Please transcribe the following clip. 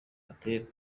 gatera